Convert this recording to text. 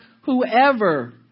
whoever